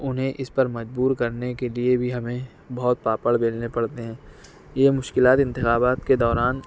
انہیں اس پر مجبور کرنے کے لیے بھی ہمیں بہت پاپڑ بیلنے پڑتے ہیں یہ مشکلات انتخابات کے دوران